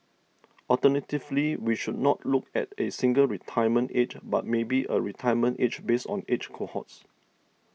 alternatively we should not look at a single retirement age but maybe a retirement age based on age cohorts